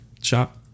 shop